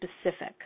specific